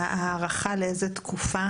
ההארכה לאיזה תקופה?